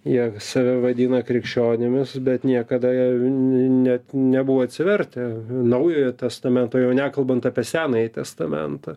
jie save vadina krikščionimis bet niekada net nebuvo atsivertę naujojo testamento jau nekalbant apie senąjį testamentą